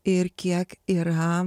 ir kiek yra